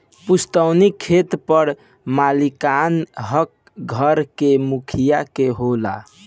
पुस्तैनी खेत पर मालिकाना हक घर के मुखिया के होला